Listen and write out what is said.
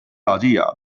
idea